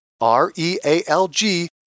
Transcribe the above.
R-E-A-L-G